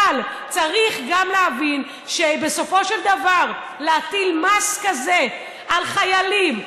אבל צריך גם להבין שבסופו של דבר להטיל מס כזה על חיילים,